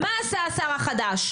מה עשה השר החדש?